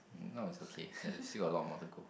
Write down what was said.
no it's okay there's still a lot more to go